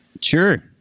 Sure